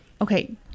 okay